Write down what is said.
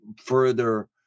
further